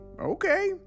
okay